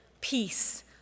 peace